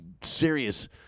serious